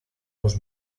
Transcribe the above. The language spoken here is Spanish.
los